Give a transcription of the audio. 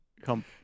come